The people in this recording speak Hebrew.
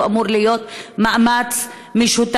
הוא אמור להיות מאמץ משותף,